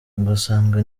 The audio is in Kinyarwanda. ugasanga